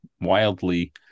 wildly